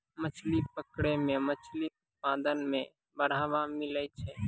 मछली पकड़ै मे मछली उत्पादन मे बड़ावा मिलै छै